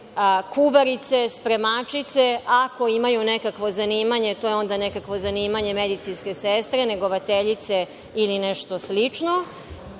kuvarice, spremačice. Ako imaju nekakvo zanimanje, to je onda nekakvo zanimanje medicinske sestre, negovateljice ili nešto slično.